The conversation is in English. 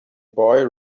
boy